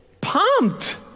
pumped